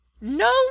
No